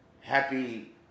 happy